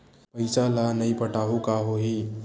पईसा ल नई पटाहूँ का होही?